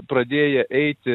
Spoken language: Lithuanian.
pradėję eiti